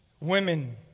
women